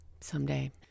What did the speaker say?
someday